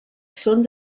són